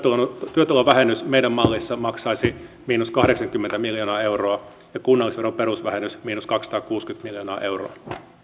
työtulovähennys meidän mallissamme maksaisi miinus kahdeksankymmentä miljoonaa euroa ja kunnallisveron perusvähennys miinus kaksisataakuusikymmentä miljoonaa euroa